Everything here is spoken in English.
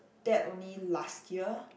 that only last year